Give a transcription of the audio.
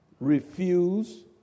refuse